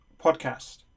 Podcast